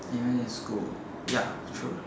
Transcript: even in school ya true